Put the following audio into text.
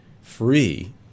free